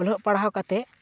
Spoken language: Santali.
ᱚᱞᱚᱜ ᱯᱟᱲᱦᱟᱣ ᱠᱟᱛᱮ